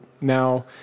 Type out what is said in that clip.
now